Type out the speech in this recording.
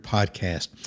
Podcast